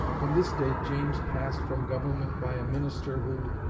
from this date james passed from government by a minister, who,